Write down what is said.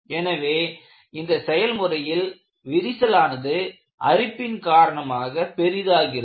எனவே இந்த செயல்முறையில் விரிசலானது அரிப்பின் காரணமாக பெரிதாகிறது